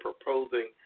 proposing